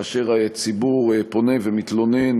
כאשר הציבור פונה ומתלונן,